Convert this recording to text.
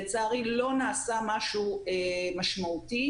לצערי, לא נעשה משהו משמעותי.